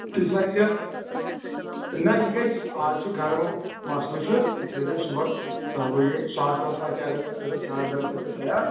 تہٕ سَر یہِ نا یہِ گَژھِ آز چھُ گَرمُک مسلہٕ چھُ یہِ تھٲے زیو صُبحن دہ بَجے سود دہ تانۍ تہِ اگر تُہۍ کٔرو ساڑٕ دہ تانۍ تہِ تیار